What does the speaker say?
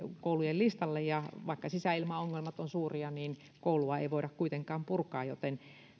koulujen listalle ja vaikka sisäilmaongelmat ovat suuria niin koulua ei voida kuitenkaan purkaa joten